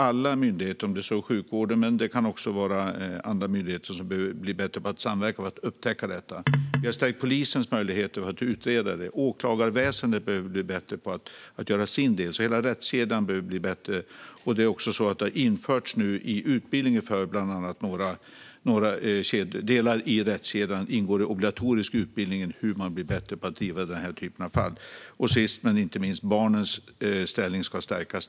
Alla myndigheter, såväl sjukvården som andra myndigheter, behöver bli bättre på att samverka och på att upptäcka detta. Vi har stärkt polisens möjligheter att utreda detta, men åklagarväsendet behöver bli bättre på att göra sin del. Hela rättskedjan behöver bli bättre. För några delar i rättskedjan ingår obligatorisk utbildning i hur man blir bättre på att driva denna typ av fall. Sist men inte minst ska barnens ställning stärkas.